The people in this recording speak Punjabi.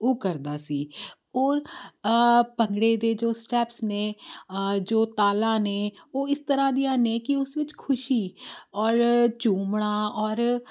ਉਹ ਕਰਦਾ ਸੀ ਔਰ ਭੰਗੜੇ ਦੇ ਜੋ ਸਟੈਪਸ ਨੇ ਜੋ ਤਾਲਾਂ ਨੇ ਉਹ ਇਸ ਤਰ੍ਹਾਂ ਦੀਆਂ ਨੇ ਕਿ ਉਸ ਵਿੱਚ ਖੁਸ਼ੀ ਔਰ ਝੂਮਣਾ ਔਰ